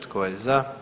Tko je za?